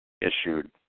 issued